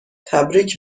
تبریگ